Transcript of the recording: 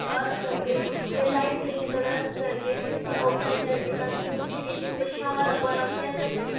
अस करगे फिर लाईट ग्रीन कल्लर अस करगे फिर उसी अउट लाईन करगे कि फिर जित्थें परछामां लब्भा दा उत्थें असैं